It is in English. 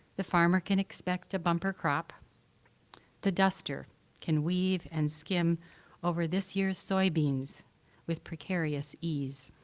the farmer can expect a bumper crop the duster can weave and skim over this year's soybeans with precarious ease.